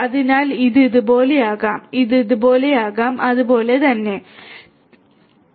അതിനാൽ ഇത് ഇതുപോലെയാകാം ഇത് ഇതുപോലെയാകാം അതുപോലെതന്നെ ഇവിടെയും